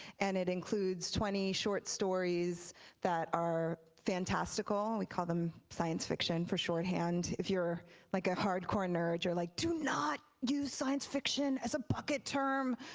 and it includes twenty short stories that are fantastical, we call them science fiction for short hand. if you're like a hard-core nerd you're like do not use science fiction as a bucket term,